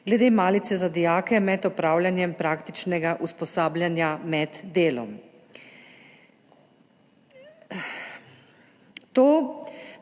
glede malice za dijake med opravljanjem praktičnega usposabljanja, med delom.